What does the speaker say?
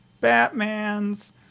Batman's